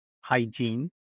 hygiene